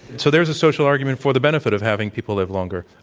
so there's a social argument for the benefit of having people live longer?